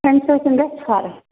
اَمہِ سۭتۍ گژھِ فرق